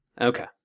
Okay